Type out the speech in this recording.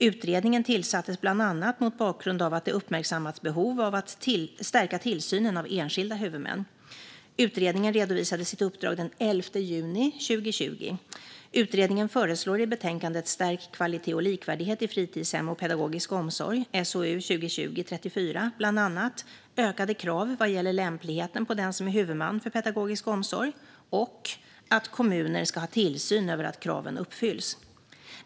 Utredningen tillsattes bland annat mot bakgrund av att det uppmärksammats behov av att stärka tillsynen av enskilda huvudmän. Utredningen redovisade sitt uppdrag den 11 juni 2020. Utredningen föreslår i betänkandet Stärkt kvalitet och likvärdighet i fritidshem och pedagogisk omsorg bland annat ökade krav vad gäller lämpligheten på den som är huvudman för pedagogisk omsorg och att kommuner ska ha tillsyn över att kraven uppfylls.